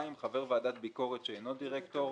(2) חבר ועדת ביקורת שאינו דירקטור,